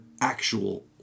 actual